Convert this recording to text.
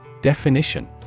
Definition